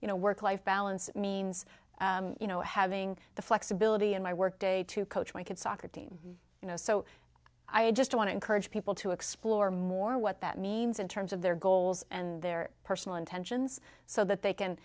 you know work life balance means having the flexibility in my work day to coach my kids soccer team you know so i just want to encourage people to explore more what that means in terms of their goals and their personal intentions so that they can